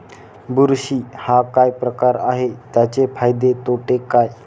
बुरशी हा काय प्रकार आहे, त्याचे फायदे तोटे काय?